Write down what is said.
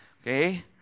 okay